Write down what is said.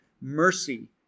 mercy